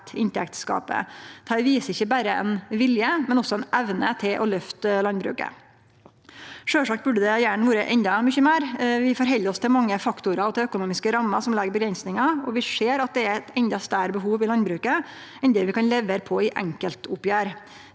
inntektsgapet. Det viser ikkje berre ein vilje, men også ei evne, til å løfte landbruket. Sjølvsagt burde det gjerne vore endå mykje meir. Det er mange faktorar og økonomiske rammer som legg avgrensingar, og vi ser at det er eit endå større behov i landbruket enn det vi kan levere på i enkeltoppgjer.